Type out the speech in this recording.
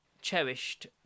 cherished